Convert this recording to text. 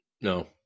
No